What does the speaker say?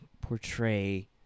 portray